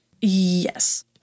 Yes